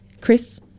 Chris